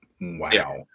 Wow